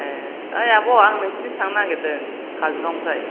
ए ओइ आब' आं नोंसिनिथिं थांनो नागिरदों काजलगावनिफ्राय